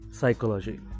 psychology